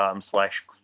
slash